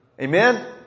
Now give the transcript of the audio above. Amen